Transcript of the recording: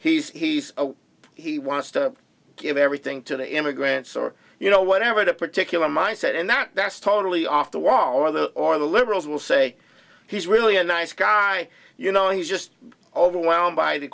know he's he wants to give everything to the immigrants or you know whatever the particular mindset in that that's totally off the wall or the or the liberals will say he's really a nice guy you know he's just overwhelmed by the